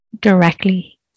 directly